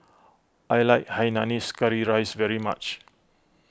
I like Hainanese Curry Rice very much